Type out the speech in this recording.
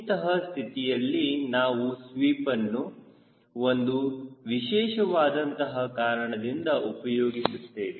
ಇಂತಹ ಸ್ಥಿತಿಯಲ್ಲಿ ನಾವು ಸ್ವೀಪ್ನ್ನು ಒಂದು ವಿಶೇಷವಾದಂತಹ ಕಾರಣದಿಂದ ಉಪಯೋಗಿಸುತ್ತೇವೆ